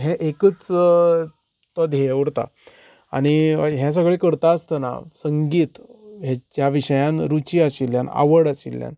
हे एकच तो देह उरता आनी हे सगळे करता आसतना संगीत हे ज्या विशयान रूची आशिल्ल्यान आवड आशिल्ल्यान